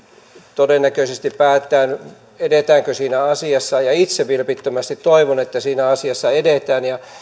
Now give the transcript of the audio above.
todennäköisesti päätetään edetäänkö siinä asiassa ja itse vilpittömästi toivon että siinä asiassa edetään ja